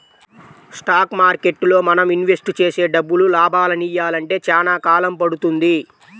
stock మార్కెట్టులో మనం invest చేసే డబ్బులు లాభాలనియ్యాలంటే చానా కాలం పడుతుంది